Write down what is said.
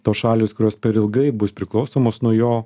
tos šalys kurios per ilgai bus priklausomos nuo jo